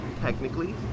technically